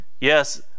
Yes